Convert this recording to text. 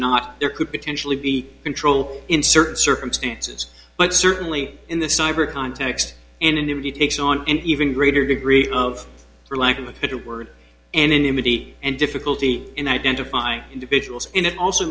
not there could potentially be control in certain circumstances but certainly in the cyber context anonymity takes on an even greater degree of for lack of a good word anonymity and difficulty in identifying individuals in it also